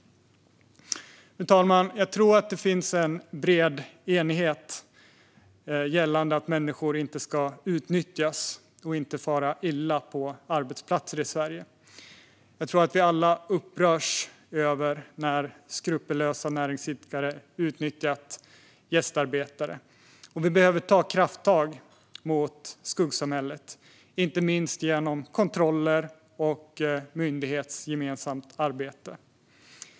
Fru talman! Jag tror att det finns en bred enighet gällande att människor inte ska utnyttjas och fara illa på arbetsplatser i Sverige. Jag tror att vi alla upprörs när skrupellösa näringsidkare utnyttjat gästarbetare. Vi behöver ta krafttag mot skuggsamhället, inte minst genom kontroller och myndighetsgemensamt arbete.